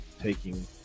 taking